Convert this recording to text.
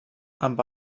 amb